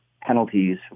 penalties